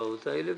בהצבעות האלה.